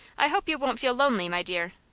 i hope you won't feel lonely, my dear.